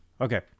Okay